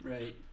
Right